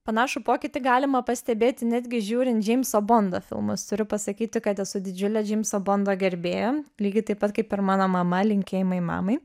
panašų pokytį galima pastebėti netgi žiūrint džeimso bondo filmus turiu pasakyti kad esu didžiulė džeimso bondo gerbėja lygiai taip pat kaip ir mano mama linkėjimai mamai